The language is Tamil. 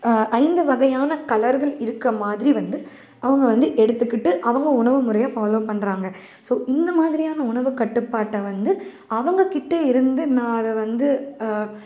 ஐந்து வகையான கலர்கள் இருக்கறமாதிரி வந்து அவங்க வந்து எடுத்துக்கிட்டு அவங்க உணவு முறையை ஃபாலோ பண்ணுறாங்க ஸோ இந்தமாதிரியான உணவு கட்டுப்பாட்டை வந்து அவங்ககிட்ட இருந்து நான் அதை வந்து